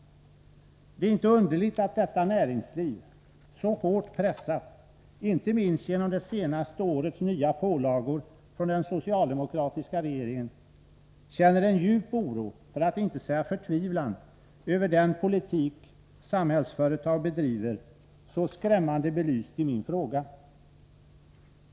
Det är inte underligt att detta näringsliv — så hårt pressat, inte minst genom det senaste årets nya pålagor från den socialdemokratiska regeringen — känner en djup oro, för att inte säga förtvivlan, över den politik — så skrämmande belyst i min fråga — som Samhällsföretag bedriver.